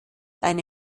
eine